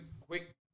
quick